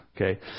okay